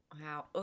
Wow